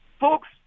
Folks